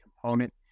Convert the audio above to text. component